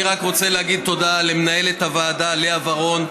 אני רק רוצה להגיד תודה למנהלת הוועדה לאה ורון,